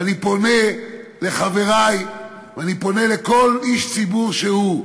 ואני פונה לחברי, ואני פונה לכל איש ציבור שהוא,